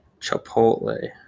Chipotle